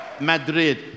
Madrid